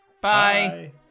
Bye